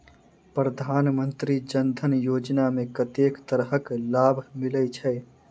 प्रधानमंत्री जनधन योजना मे केँ तरहक लाभ मिलय छै?